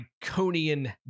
Iconian